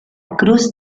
cruz